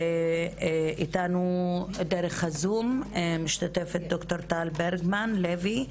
איתנו דרך הזום משתתפת ד"ר טל ברגמן לוי,